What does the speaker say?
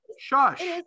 shush